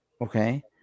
okay